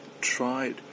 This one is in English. tried